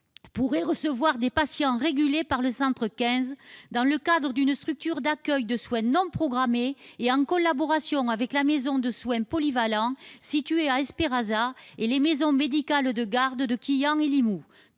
pourrait recevoir des patients régulés par le centre 15, dans le cadre d'une structure d'accueil de soins non programmés, en collaboration avec la maison de soins polyvalents, située à Espéraza, et avec les maisons médicales de garde de Quillan et de Limoux.